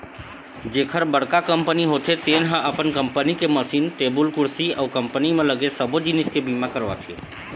जेखर बड़का कंपनी होथे तेन ह अपन कंपनी के मसीन, टेबुल कुरसी अउ कंपनी म लगे सबो जिनिस के बीमा करवाथे